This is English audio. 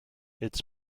its